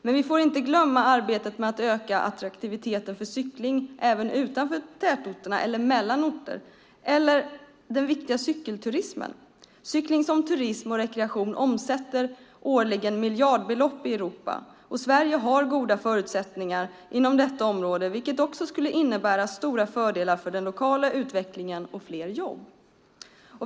Men vi får inte glömma arbetet med att öka attraktiviteten för cykling även utanför tätorterna eller mellan orter. Vi får inte heller glömma den viktiga cykelturismen. Cykling som turism och rekreation omsätter årligen miljardbelopp i Europa. Sverige har goda förutsättningar inom detta område, vilket också skulle innebära stora fördelar för den lokala utvecklingen och fler jobb.